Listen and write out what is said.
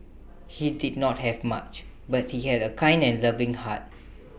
he did not have much but he had A kind and loving heart